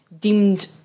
deemed